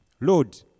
Lord